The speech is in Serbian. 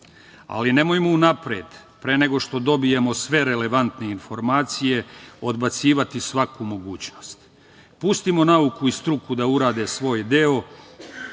Ali, nemojmo unapred, pre nego što dobijemo sve relevantne informacije, odbacivati svaku mogućnost. Pustimo nauku i struku da urade svoj deo,